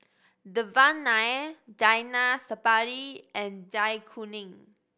Devan Nair Zainal Sapari and Zai Kuning